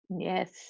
Yes